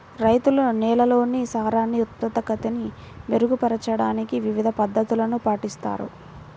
రైతులు నేలల్లోని సారాన్ని ఉత్పాదకతని మెరుగుపరచడానికి వివిధ పద్ధతులను పాటిస్తారు